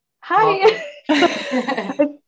Hi